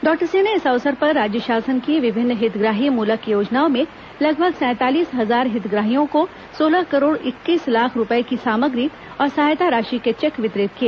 doctor Singh ने इस अवसर पर राज्य शासन की विभिन्न हितग्राही मूलक योजनाओं में लगभग सैंतालीस हजार हितग्राहियों को सोलह करोड़ इक्कीस लाख रूपए की सामाग्री और सहायता राशि के चेक वितरित किए